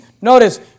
notice